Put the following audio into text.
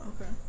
Okay